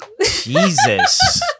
Jesus